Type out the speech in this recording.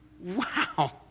Wow